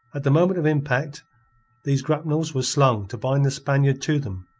at the moment of impact these grapnels were slung to bind the spaniard to them,